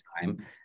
time